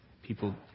People